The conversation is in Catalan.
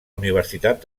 universitat